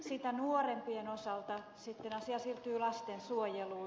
sitä nuorempien osalta sitten asia siirtyy lastensuojeluun